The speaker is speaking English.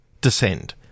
descend